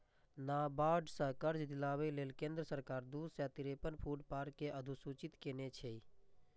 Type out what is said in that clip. नाबार्ड सं कर्ज दियाबै लेल केंद्र सरकार दू सय तिरेपन फूड पार्क कें अधुसूचित केने छै